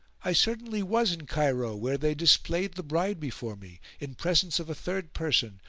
i certainly was in cairo where they displayed the bride before me, in presence of a third person,